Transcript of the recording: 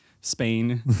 Spain